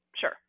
Sure